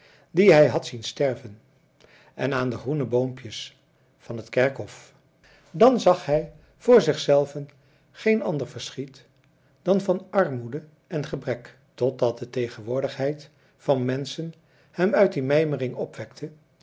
die hij had zien sterven en aan de groene boompjes van het kerkhof dan zag hij voor zichzelven geen ander verschiet dan van armoede en gebrek totdat de tegenwoordigheid van menschen hem uit die